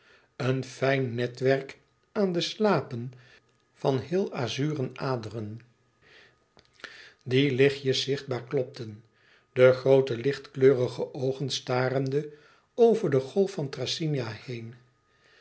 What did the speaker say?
een fijn netwerk aan de slapen van heel azuren aderen die lichtjes zichtbaar klopten de groote lichtkleurige oogen starende over de golf van thracyna heen